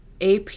AP